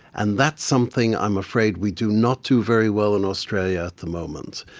and that's something i'm afraid we do not do very well in australia at the moment.